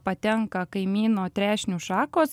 patenka kaimyno trešnių šakos